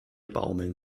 baumeln